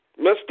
Mr